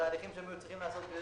התהליכים שהם היו צריכים לעשות כדי